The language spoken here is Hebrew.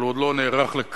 אבל הוא עוד לא נערך לכך,